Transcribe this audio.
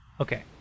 Okay